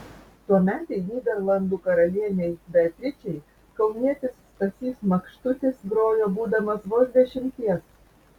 tuometei nyderlandų karalienei beatričei kaunietis stasys makštutis grojo būdamas vos dešimties